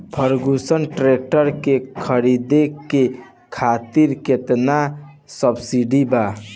Ferguson tractor के खरीद करे खातिर केतना सब्सिडी बा?